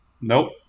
Nope